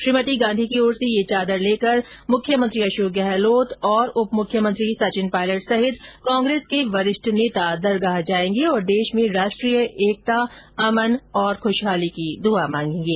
श्रीमती गांधी की ओर से यह चादर लेकर मुख्यमंत्री अशोक गहलोत और सचिन पायलट सहित कांग्रेस के वरिष्ठ नेता दरगाह जाएंगे और देश में राष्ट्रीय एकता अमन और ख्रशहाली की दुआ मांगेगे